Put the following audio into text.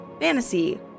Fantasy